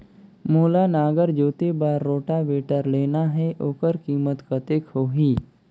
मोला नागर जोते बार रोटावेटर लेना हे ओकर कीमत कतेक होही?